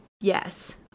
yes